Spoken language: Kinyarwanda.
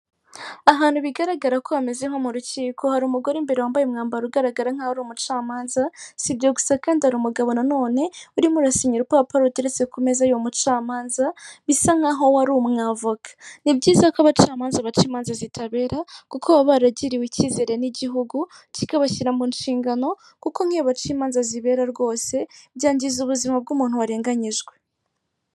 Ahantu bigaragara ko hameze nko mu rukiko, hari umugore imbere wambaye umwambaro ugaragara nk'aho ari umucamanza, si ibyo gusa kandi hari ari umugabo na none urimo urasinya urupapuro ruteretse ku meza y'uwo mucamanza, bisa nk'aho we ari umwavoka. Ni byiza ko abacamanza baca imanza zitabera, kuko baba baragiriwe icyizere n'igihugu kikabashyira mu nshingano, kuko nk'iyo baciye imanza zibera rwose byangiza ubuzima bw'umuntu warenganyijwe.